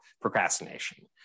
procrastination